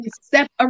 step